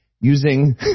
using